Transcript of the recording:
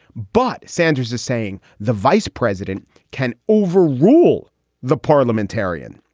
but sanders is saying the vice president can overrule the parliamentarian.